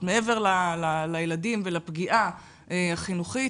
מעבר לילדים ולפגיעה החינוכית,